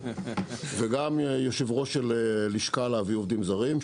וגם יושב ראש של לשכה להביא עובדים זרים,